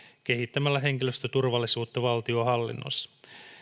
kehittämällä henkilöstöturvallisuutta valtionhallinnossa